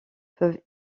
peuvent